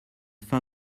fin